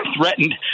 threatened